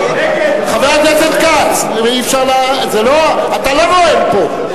חבר הכנסת כץ, אתה לא נואם פה.